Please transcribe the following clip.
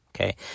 okay